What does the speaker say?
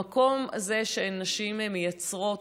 במקום הזה שנשים מייצרות,